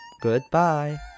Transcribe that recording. Goodbye